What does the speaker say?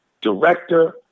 director